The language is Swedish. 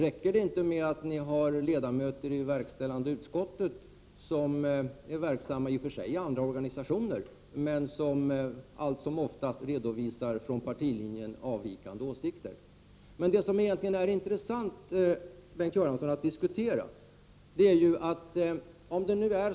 Räcker det inte med att ni har ledamöter i verkställande utskottet — i och för sig verksamma i andra organisationer — som allt som oftast redovisar från partilinjen avvikande åsikter? Vad som egentligen är intressant att diskutera, Bengt Göransson, är följande.